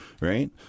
right